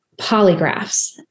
polygraphs